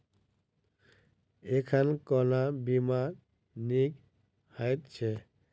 एखन कोना बीमा नीक हएत छै?